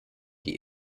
die